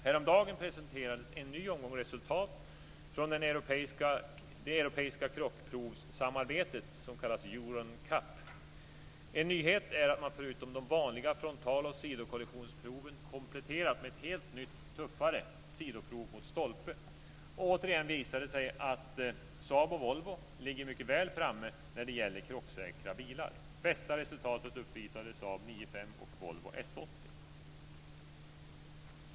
Häromdagen presenterades en ny omgång resultat från det europeiska krockprovssamarbetet, Euro NCAP. En nyhet är att man förutom de vanliga frontal och sidokollisionsproven kompletterat med ett helt nytt tuffare sidoprov mot stolpe. Och återigen visade det sig att Saab och Volvo ligger mycket väl framme när det gäller krocksäkra bilar. Bästa resultatet uppvisade Saab 9-5 och Volvo S80.